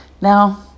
now